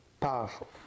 powerful